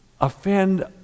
offend